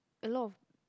a lot of